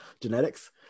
genetics